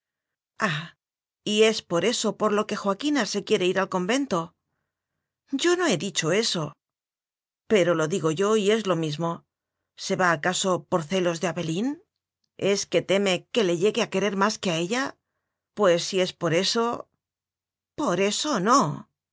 y es por eso por lo que joaquina se quiere ir al convento yo no he dicho eso pero lo digo yo y es lo mismo se va aca so por celos de abelin es que teme que c llegue a querer más que a ella pues si es por eso por eso no